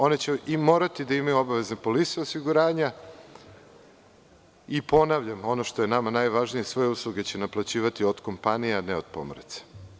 One će morati da imaju obavezne polise osiguranja i ponavljam, a to je nama najvažnije, svoje usluge će naplaćivati od kompanija a ne od pomoraca.